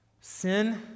sin